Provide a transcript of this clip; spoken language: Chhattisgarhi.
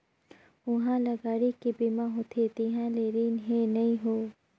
उहां ल गाड़ी के बीमा होथे तिहां ले रिन हें नई हों